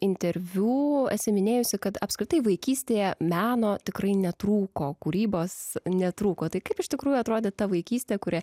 interviu esi minėjusi kad apskritai vaikystėje meno tikrai netrūko kūrybos netrūko tai kaip iš tikrųjų atrodė ta vaikystė kuri